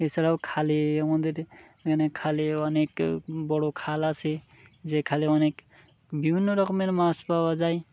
এ ছাড়াও খালে আমাদের মানে খালে অনেক বড় খাল আসে যে খালে অনেক বিভিন্ন রকমের মাছ পাওয়া যায়